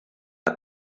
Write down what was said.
had